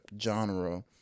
genre